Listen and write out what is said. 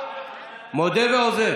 מודה ועוזב.